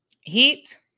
heat